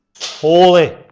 holy